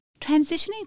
transitioning